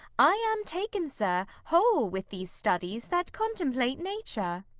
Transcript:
i am taken, sir, whole with these studies, that contemplate nature.